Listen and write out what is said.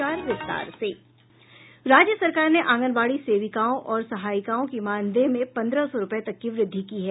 राज्य सरकार ने आंगनबाड़ी सेविकाओं और सहायिकाओं की मानदेय में पन्द्रह सौ रूपये तक की वृद्धि की है